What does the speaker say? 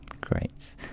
Great